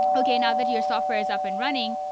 okay. now that your software is up and running.